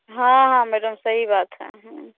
हाँ मैडम सही बात है